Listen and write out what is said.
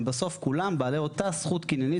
הם בסוף כולם בעלי אותה זכות קניינית,